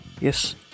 Yes